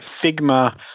Figma